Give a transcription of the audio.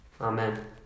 Amen